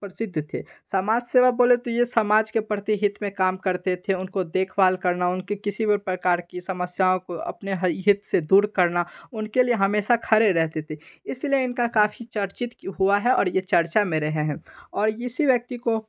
प्रसिद्ध थे सामाज सेवा बोले तो ये समाज के प्रतिहित में काम करते थे उनको देखभाल करना उनकी किसी भी प्रकार की समस्याओं को अपने ह हित से दूर करना उनके लिए हमेशा खड़े रहते थे इसलिए इनका काफ़ी चर्चित क हुआ है और ये चर्चा में रहे हैं और इसी व्यक्ति को